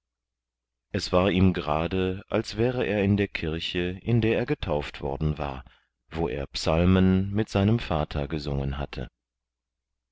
es war ihm gerade als wäre er in der kirche in der er getauft worden war wo er psalmen mit seinem vater gesungen hatte